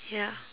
ya